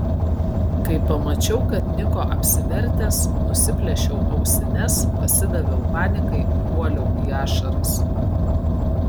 kai pamačiau kad niko apsivertęs nusiplėšiau ausines pasidaviau panikai puoliau į ašaras